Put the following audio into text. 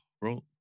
bro